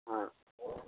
हाँ